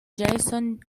jason